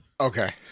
Okay